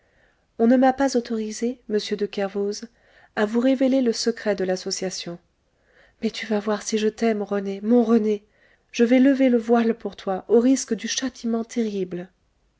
on ne m'a pas autorisée monsieur de kervoz à vous révéler le secret de l'association mais tu vas voir si je t'aime rené mon rené je vais lever le voile pour toi au risque du châtiment terrible